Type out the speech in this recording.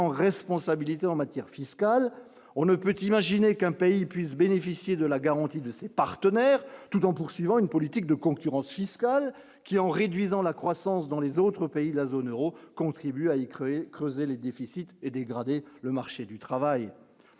responsabilité en matière fiscale, on ne peut imaginer qu'un pays puisse bénéficier de la garantie de ses partenaires, tout en poursuivant une politique de concurrence fiscale qui, en réduisant la croissance dans les autres pays de la zone Euro contribue à y créer creuser les déficits et dégradé le marché du travail,